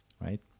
right